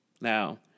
Now